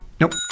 Nope